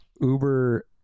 Uber